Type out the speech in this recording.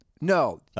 No